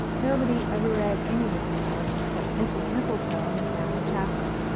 nobody ever read any of these books except mrs. mistletoe and the family chaplain.